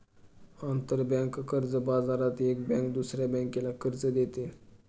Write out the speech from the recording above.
आंतरबँक कर्ज बाजारात एक बँक दुसऱ्या बँकेला कर्ज देते